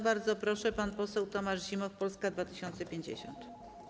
Bardzo proszę, pan poseł Tomasz Zimoch, Polska 2050.